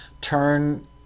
turn